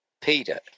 Peter